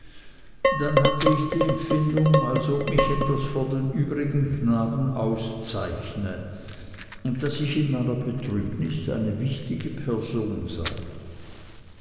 dann hatte ich die empfindung als ob mich etwas von den übrigen knaben auszeichne und daß ich in meiner betrübnis eine wichtige person sei